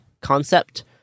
concept